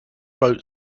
boat